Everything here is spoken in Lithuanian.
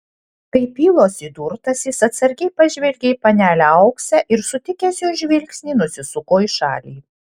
kaip ylos įdurtas jis atsargiai pažvelgė į panelę auksę ir sutikęs jos žvilgsnį nusisuko į šalį